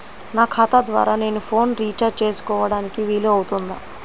నా ఖాతా ద్వారా నేను ఫోన్ రీఛార్జ్ చేసుకోవడానికి వీలు అవుతుందా?